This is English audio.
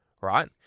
right